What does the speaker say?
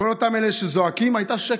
מכל אותם אלה שזועקים היה שקט.